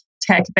tech